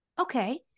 Okay